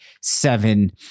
seven